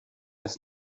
ist